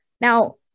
Now